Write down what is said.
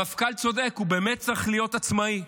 המפכ"ל צודק, הוא באמת צריך להיות עצמאי,